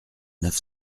neuf